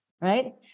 right